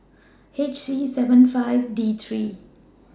H C seventy five D three